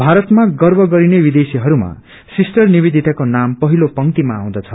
भारतमा गर्व गरिने विदेशीहरूमा सिस्टर निवेदिताको नाम पहिलो पंक्तिमा आउँदछ